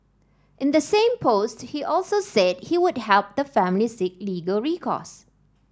in the same post he also said he would help the family seek legal recourse